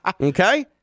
Okay